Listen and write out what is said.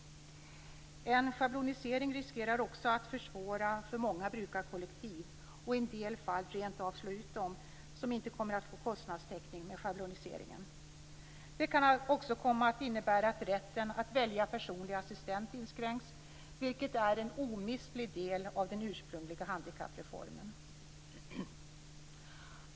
En schablonisering riskerar också att försvåra för många brukarkollektiv och i en del fall rent av slå ut dem som inte kommer att få kostnadstäckning med schabloniseringen. Den kan också att komma att innebära att rätten att välja personlig assistent inskränks, vilket är en omistlig del av den ursprungliga handikappreformen.